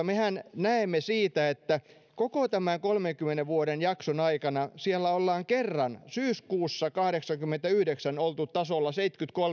mehän näemme siitä että koko tämän kolmenkymmenen vuoden jakson aikana ollaan kerran syyskuussa kahdeksankymmentäyhdeksän oltu tasolla seitsemänkymmentäkolme